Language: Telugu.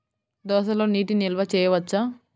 దోసలో నీటి నిల్వ చేయవచ్చా?